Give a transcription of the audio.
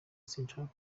sinshaka